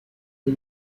les